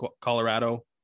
Colorado